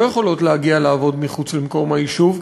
יכולות להגיע לעבוד מחוץ למקום היישוב,